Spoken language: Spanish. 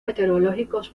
meteorológicos